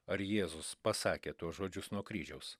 ar jėzus pasakė tuos žodžius nuo kryžiaus